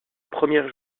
première